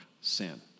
sin